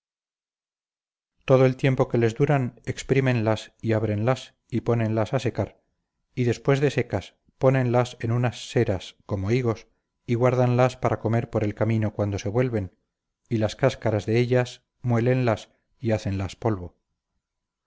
todo el tiempo que les duran exprímenlas y ábrenlas y pónenlas a secar y después de secas pónenlas en unas seras como higos y guárdanlas para comer por el camino cuando se vuelven y las cáscaras de ellas muélenlas y hácenlas polvo